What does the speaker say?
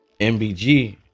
MBG